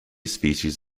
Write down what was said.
species